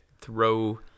throw